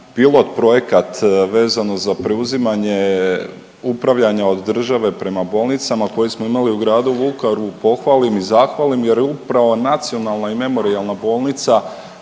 pilot projekat vezano za preuzimanje upravljanja od države prema bolnicama koje smo imali u gradu Vukovaru pohvalim i zahvalim jer je upravo Nacionalna i memorijalna bolnica